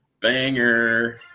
Banger